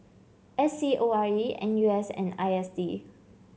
S C O R E N U S and I S D